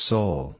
Soul